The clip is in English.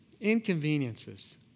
Inconveniences